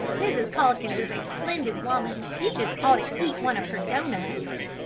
mrs. calkins is a splendid woman. you just ought to eat one of her doughnuts!